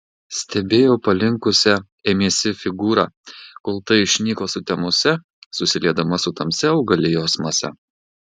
stebėjo palinkusią ėmėsi figūrą kol ta išnyko sutemose susiliedama su tamsia augalijos mase